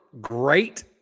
great